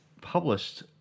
published